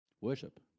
Worship